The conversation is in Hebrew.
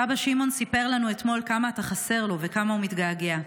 סבא שמעון סיפר לנו אתמול כמה אתה חסר לו וכמה הוא מתגעגע.